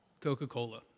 Coca-Cola